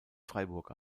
freiburg